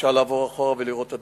ואפשר לעבור אחורה ולראות את הדברים.